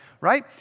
right